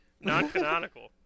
non-canonical